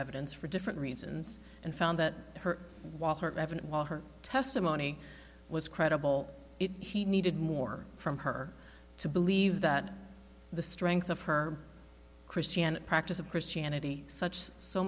evidence for different reasons and found that her while her evident while her testimony was credible it he needed more from her to believe that the strength of her christian practice of christianity such so